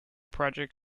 project